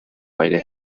beide